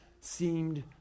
seemed